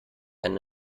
ein